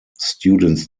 students